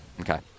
Okay